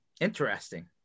Interesting